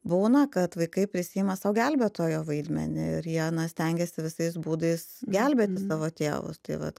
būna kad vaikai prisiima sau gelbėtojo vaidmenį ir jie na stengiasi visais būdais gelbėti savo tėvus tai vat